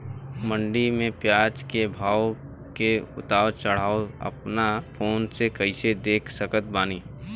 मंडी मे प्याज के भाव के उतार चढ़ाव अपना फोन से कइसे देख सकत बानी?